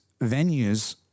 venues